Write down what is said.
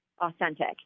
authentic